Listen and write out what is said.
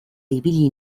ibili